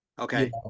okay